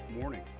morning